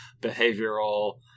behavioral